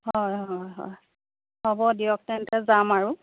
হয় হয় হয় হ'ব দিয়ক তেন্তে যাম আৰু